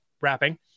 wrapping